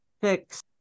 Fix